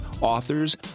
authors